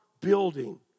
building